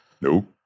Nope